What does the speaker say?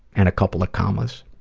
and a couple of commas,